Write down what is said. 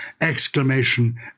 Exclamation